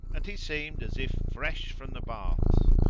and he seemed as if fresh from the baths,